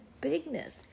bigness